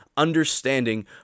understanding